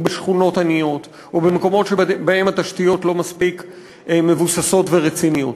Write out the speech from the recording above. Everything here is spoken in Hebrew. בשכונות עניות או במקומות שבהם התשתיות לא מספיק מבוססות ורציניות.